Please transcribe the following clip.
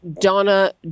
Donna